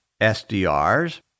SDRs